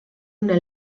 una